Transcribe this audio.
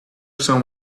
son